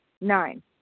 Nine